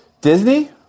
Disney